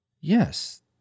Yes